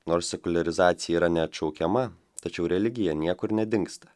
nors sekuliarizacija yra neatšaukiama tačiau religija niekur nedingsta